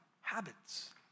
habits